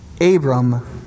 Abram